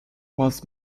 was